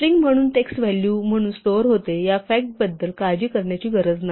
string म्हणून text value म्हणून store होते या फॅक्टबद्दल काळजी करण्याची गरज नाही